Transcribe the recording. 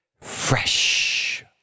fresh